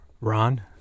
Ron